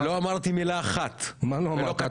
-- ולא אמרתי מילה אחת ולא קטעתי אותך.